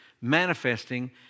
manifesting